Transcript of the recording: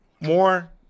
more